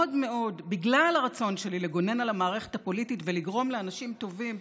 בגלל הרצון שלי לגונן על המערכת הפוליטית ולגרום לאנשים טובים,